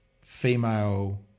female